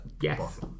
Yes